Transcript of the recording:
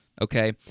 Okay